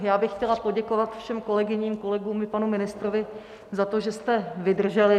Já bych chtěla poděkovat všem kolegyním a kolegům i panu ministrovi za to, že jste vydrželi.